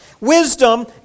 Wisdom